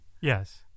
Yes